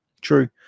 true